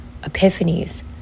epiphanies